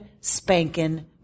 spanking